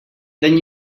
then